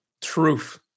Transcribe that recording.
Truth